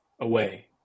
away